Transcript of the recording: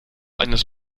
eines